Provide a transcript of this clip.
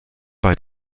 bei